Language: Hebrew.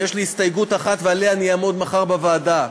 יש לי הסתייגות אחת, ועליה אני אעמוד מחר בוועדה.